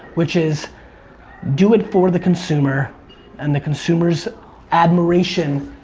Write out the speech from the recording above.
which is do it for the consumer and the consumer's admiration,